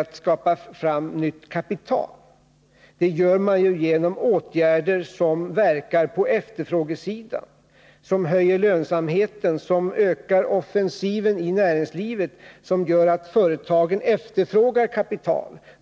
att skapa fram nytt kapital, utan det gör man genom åtgärder som verkar på efterfrågesidan, som höjer lönsamheten, som ökar offensiviteten i näringslivet och som gör att företagen efterfrågar kapital.